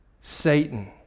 Satan